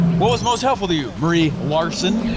what was most helpful to you, marie larsen?